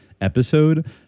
episode